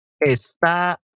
está